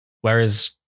Whereas